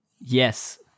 Yes